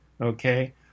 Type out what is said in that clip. okay